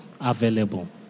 available